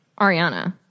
Ariana